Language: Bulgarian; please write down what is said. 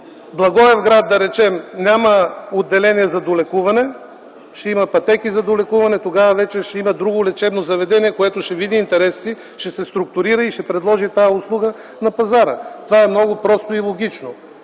Благоевград, да речем, няма отделение за долекуване, ще има пътеки за долекуване. Тогава вече ще има друго лечебно заведение, което ще види интереса си, ще се структурира и ще предложи тази услуга на пазара. Това е много просто и логично,